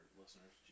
listeners